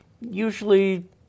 usually